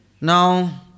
Now